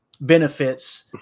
benefits